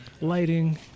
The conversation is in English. lighting